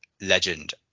legend